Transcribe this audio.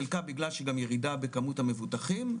חלקה גם בגלל ירידה בכמות המבוטחים,